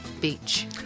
Beach